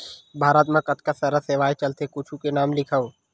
भारत मा कतका सारा सेवाएं चलथे कुछु के नाम लिखव?